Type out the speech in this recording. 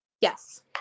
Yes